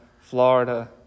Florida